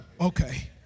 Okay